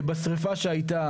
בשריפה שאתה,